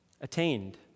attained